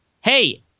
Hey